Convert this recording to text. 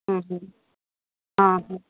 ଓଃ ହଁ ହଁ